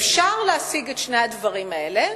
אפשר להשיג את שני הדברים האלה,